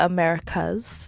Americas